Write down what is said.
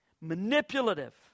manipulative